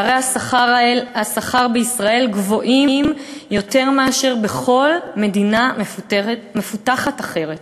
פערי השכר בישראל גבוהים יותר מאשר בכל מדינה מפותחת אחרת.